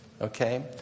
Okay